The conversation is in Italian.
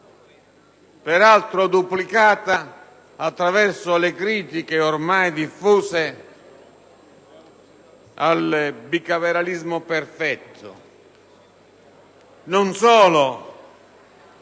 peraltro duplicata attraverso le critiche ormai diffuse al bicameralismo perfetto, non solo